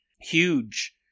huge